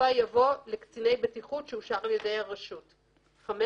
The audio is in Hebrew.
בסופה יבוא "לקציני בטיחות שאושר על ידי הרשות"; (5)